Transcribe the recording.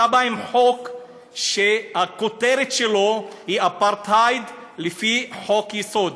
אתה בא עם חוק שהכותרת שלו היא אפרטהייד לפי חוק-יסוד.